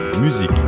musique